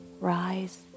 rise